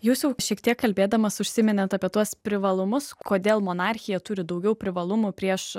jūs jau šiek tiek kalbėdamas užsiminėt apie tuos privalumus kodėl monarchija turi daugiau privalumų prieš